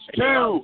two